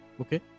okay